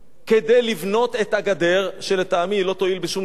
כדי לבנות את הגדר, שלטעמי היא לא תועיל בשום דבר?